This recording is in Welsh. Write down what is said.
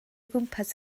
gwmpas